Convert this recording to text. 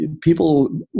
People